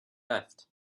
left